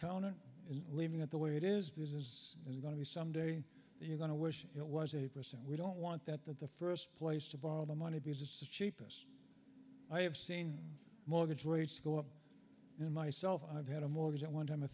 and leaving it the way it is business is going to be some day you're going to wish it was eight percent we don't want that that the first place to borrow the money because it's the cheapest i have seen mortgage rates go up in myself i've had a mortgage at one time a